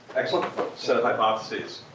excellent set of hypotheses,